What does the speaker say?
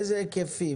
באילו היקפים?